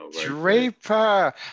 Draper